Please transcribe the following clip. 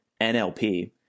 NLP